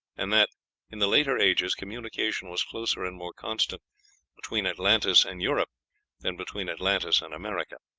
and that in the later ages communication was closer and more constant between atlantis and europe than between atlantis and america.